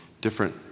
different